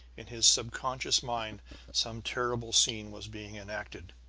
in his subconscious mind some terrible scene was being enacted.